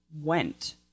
went